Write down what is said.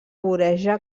voreja